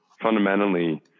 fundamentally